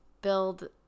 build